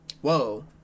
Whoa